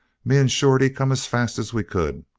me and shorty come as fast as we could.